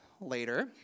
later